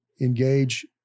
engage